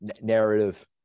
narrative